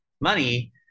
money